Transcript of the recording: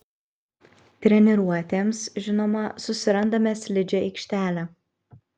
treniruotėms žinoma susirandame slidžią aikštelę